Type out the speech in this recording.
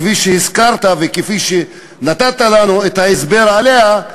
כפי שהזכרת וכפי שנתת לנו את ההסבר עליה,